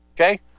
okay